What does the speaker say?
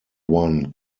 one